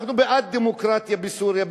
אנחנו בעד דמוקרטיה בסוריה,